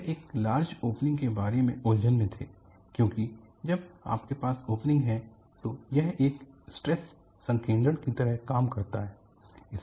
वे एक large opening के बारे में उलझन में थे क्योंकि जब आपके पास ओपनिंग है तो यह एक स्ट्रेस संकेंद्रण की तरह काम करता है